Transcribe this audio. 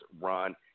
run